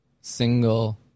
single